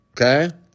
Okay